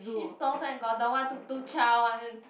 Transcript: cheese toast and got the what Tuk-Tuk-Cha one